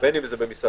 בין אם זה מסעדות,